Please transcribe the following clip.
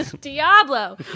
Diablo